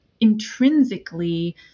intrinsically